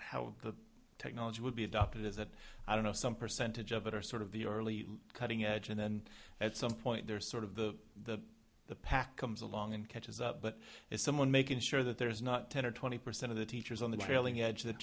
how the technology would be adopted is that i don't know some percentage of it or sort of the early cutting edge and then at some point there's sort of the the the pack comes along and catches up but as someone making sure that there's not ten or twenty percent of the teachers on the t